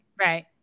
Right